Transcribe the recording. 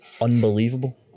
unbelievable